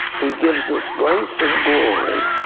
he gives us grace and glory.